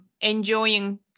enjoying